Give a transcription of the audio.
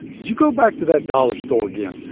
you go back to that dollar store again?